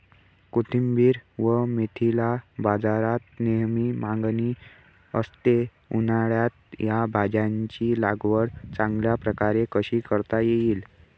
कोथिंबिर व मेथीला बाजारात नेहमी मागणी असते, उन्हाळ्यात या भाज्यांची लागवड चांगल्या प्रकारे कशी करता येईल?